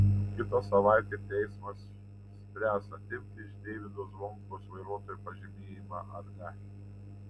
kitą savaitę teismas spręs atimti iš deivydo zvonkaus vairuotojo pažymėjimą ar ne